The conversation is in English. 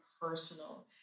personal